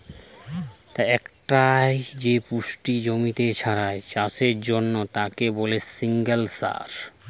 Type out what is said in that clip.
একটাই যে পুষ্টি জমিতে ছড়ায় চাষের জন্যে তাকে বলে সিঙ্গল সার